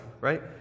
right